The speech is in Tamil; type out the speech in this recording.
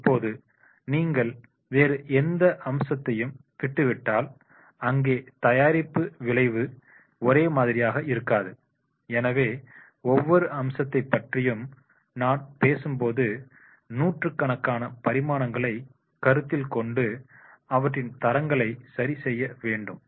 இப்போது நீங்கள் வேறு எந்த அம்சத்தையும் விட்டு விட்டால் அங்கே தயாரிப்பு விளைவு ஒரே மாதிரியாக இருக்காது எனவே ஒவ்வொரு அம்சத்தைப் பற்றி நான் பேசும்போது நூற்றுக்கணக்கான பரிமாணங்களை கருத்தில் கொண்டு அவற்றின் தரங்களை சரி செய்ய வேண்டும்